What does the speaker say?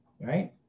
right